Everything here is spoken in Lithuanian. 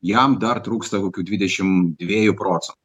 jam dar trūksta kokių dvidešimt dviejų proce